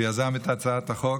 שיזם את הצעת החוק,